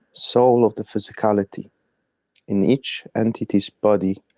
soul of the physicality in each entity's body,